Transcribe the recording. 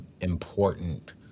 important